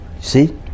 see